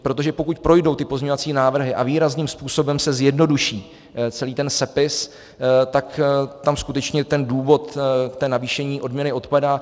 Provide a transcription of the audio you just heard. Protože pokud projdou pozměňovací návrhy a výrazným způsobem se zjednoduší celý ten sepis, tak tam skutečně ten důvod k navýšení odměny odpadá.